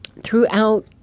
throughout